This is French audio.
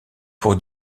pour